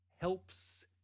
helps